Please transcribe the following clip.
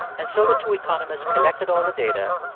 and so the two economists collected all the data,